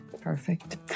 Perfect